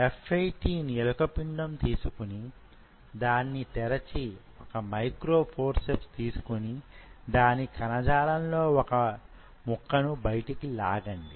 F 18 ఎలుక పిండం తీసుకొని దాన్ని తెరచి వొక మైక్రో ఫోర్సెప్స్ తీసుకొని దాని కణజాలంలో వొక ముక్కను బయటకు లగండి